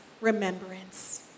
remembrance